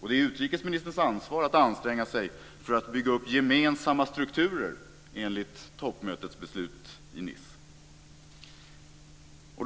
och det är utrikesministerns ansvar att göra det, för att bygga upp gemensamma strukturer enligt toppmötets beslut i Nice.